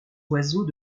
oiseaux